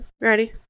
Ready